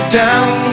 down